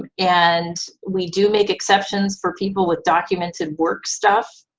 and and we do make exceptions for people with documented work stuff,